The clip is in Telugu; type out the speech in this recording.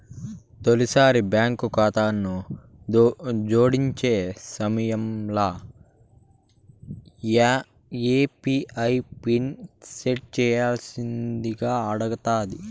తొలిసారి బాంకు కాతాను జోడించే సమయంల యూ.పీ.ఐ పిన్ సెట్ చేయ్యాల్సిందింగా అడగతాది